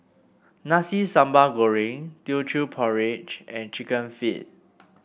Nasi Sambal Goreng Teochew Porridge and chicken feet